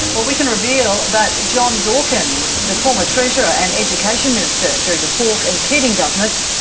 well, we can reveal that john dawkins, the former treasurer and education minister during the hawke and keating governments,